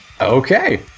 Okay